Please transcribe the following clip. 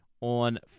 on